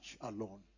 alone